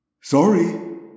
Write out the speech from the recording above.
Sorry